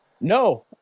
No